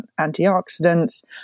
antioxidants